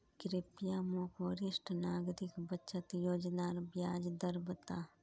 कृप्या मोक वरिष्ठ नागरिक बचत योज्नार ब्याज दर बता